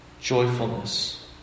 joyfulness